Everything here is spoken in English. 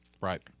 Right